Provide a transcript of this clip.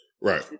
Right